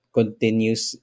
continues